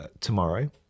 tomorrow